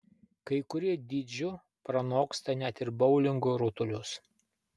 kai kurie dydžiu pranoksta net ir boulingo rutulius